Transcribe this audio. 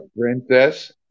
princess